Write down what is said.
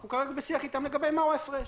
אנחנו כרגע בשיח אתם לגבי מהו ההפרש.